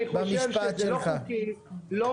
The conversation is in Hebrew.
אני חושב שזה לא חוקי,